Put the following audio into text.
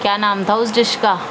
کیا نام تھا اس ڈش کا